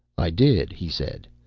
i did, he said.